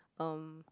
um